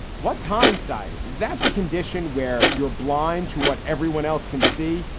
what's hindsight? it is that the condition where you're blind to what everyone else can see.